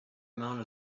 amount